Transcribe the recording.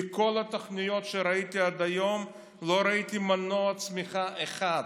בכל התוכניות שראיתי עד היום לא ראיתי מנוע צמיחה אחד.